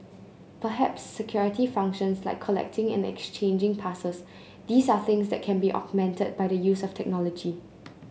perhaps security functions like collecting and exchanging passes these are things that can be augmented by the use of technology